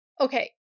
okay